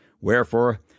Wherefore